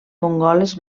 mongoles